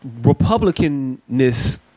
Republicanness